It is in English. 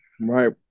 Right